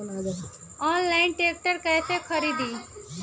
Online tractor कैसे खरदी?